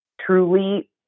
truly